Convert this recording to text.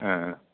ஆ